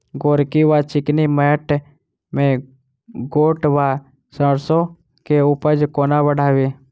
गोरकी वा चिकनी मैंट मे गोट वा सैरसो केँ उपज कोना बढ़ाबी?